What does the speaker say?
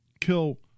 Kill